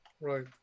Right